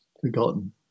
forgotten